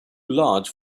large